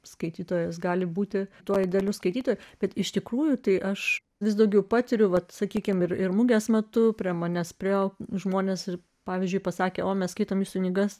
skaitytojas gali būti tuo idealių skaitytojų bet iš tikrųjų tai aš vis daugiau patiriu vat sakykime ir ir mugės metu prie manęs priėjo žmonės ir pavyzdžiui pasakė o mes skaitome knygas